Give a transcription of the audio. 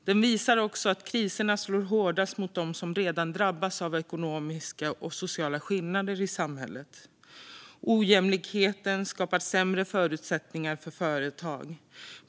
Den har också visat att kriserna slår hårdast mot dem som redan drabbats av ekonomiska och sociala skillnader i samhället. Ojämlikheten skapar sämre förutsättningar för företag.